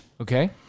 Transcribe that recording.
Okay